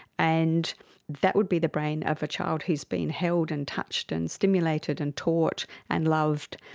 and that would be the brain of a child who has been held and touched and stimulated and taught and loved,